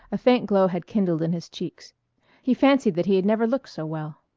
a faint glow had kindled in his cheeks he fancied that he had never looked so well.